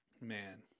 Man